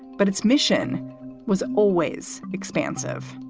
but its mission was always expansive.